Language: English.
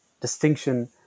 distinction